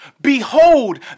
Behold